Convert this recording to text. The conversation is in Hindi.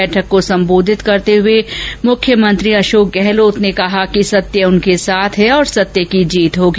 बैठक को संबोधित करते हुए मुख्यमंत्री अशोक गहलोत ने कहा कि सत्य उनके साथ है और सत्य की जीत होगी